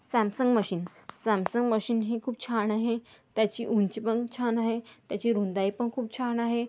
Samsung machine Samsung machine ही खूप छान आहे त्याची उंची पण छान आहे त्याची रुंदी पण खूप छान आहे